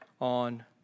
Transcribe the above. on